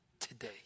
today